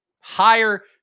Higher